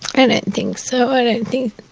kind of think so. i don't think.